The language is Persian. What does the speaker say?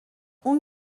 اون